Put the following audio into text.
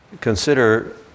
consider